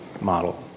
model